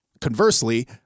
conversely